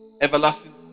Everlasting